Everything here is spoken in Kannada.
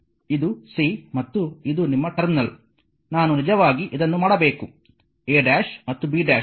ಇದು c ಮತ್ತು ಇದು ನಿಮ್ಮ ಟರ್ಮಿನಲ್ ನಾನು ನಿಜವಾಗಿ ಇದನ್ನು ಮಾಡಬೇಕು a︲ b︲ ನಂತರ ಯಾವುದೇ ಸಮಸ್ಯೆ ಇಲ್ಲ